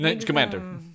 Commander